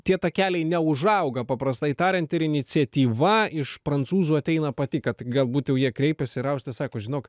tie takeliai neužauga paprastai tariant ir iniciatyva iš prancūzų ateina pati kad galbūt jau jie kreipėsi ir auste sako žinok